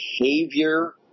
behavior